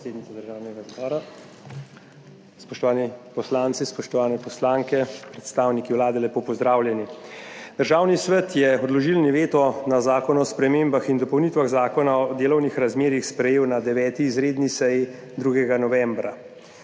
predsednica Državnega zbora. Spoštovani poslanci, spoštovane poslanke, predstavniki Vlade, lepo pozdravljeni! Državni svet je odložilni veto na Zakon o spremembah in dopolnitvah Zakona o delovnih razmerjih sprejel na 9. izredni seji 2. novembra.